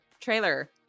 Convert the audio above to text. trailer